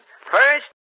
First